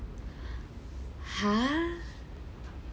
!huh!